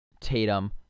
Tatum